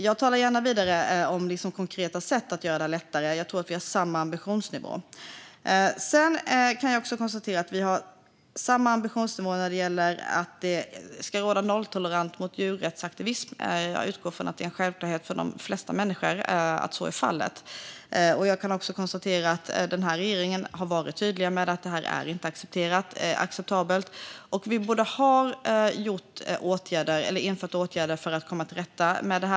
Jag talar gärna vidare om konkreta sätt att göra det lättare, och jag tror att vi har samma ambitionsnivå. Jag kan också konstatera att vi har samma ambitionsnivå när det gäller att det ska råda nolltolerans mot djurrättsaktivism. Jag utgår från att det är en självklarhet för de flesta människor att så ska vara fallet. Den här regeringen har varit tydlig med att detta inte är acceptabelt och att vi borde ha infört åtgärder för att komma till rätta med det.